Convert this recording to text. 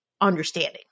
understanding